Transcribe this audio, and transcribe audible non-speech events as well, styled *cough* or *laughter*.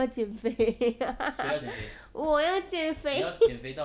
我要减肥 *laughs* 我要减肥 *laughs*